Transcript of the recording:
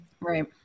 Right